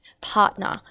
partner